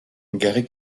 gary